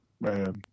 man